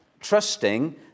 trusting